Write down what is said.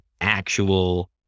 actual